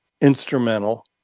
instrumental